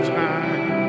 time